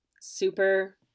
super